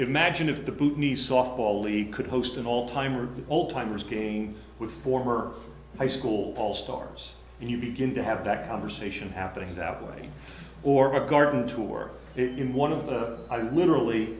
imagine if the boot me softball league could host an all time or the old timers game with former high school all stars and you begin to have that conversation happening that way or have a garden to work in one of the literally